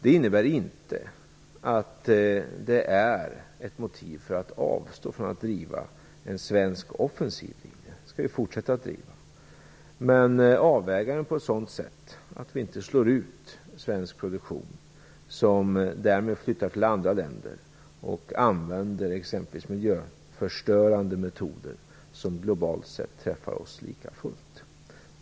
Det innebär inte att det är ett motiv att avstå från att driva en svensk offensiv linje. Vi skall fortsätta en sådan linje, men avväga den så att vi inte slår ut svensk produktion så att den flyttar till andra länder och använder miljöförstörande metoder som lika fullt drabbar oss.